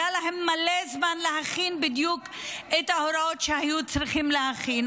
היה להם מלא זמן להכין בדיוק את ההוראות שהיו צריכים להכין,